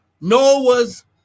Noah's